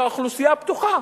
והאוכלוסייה פתוחה.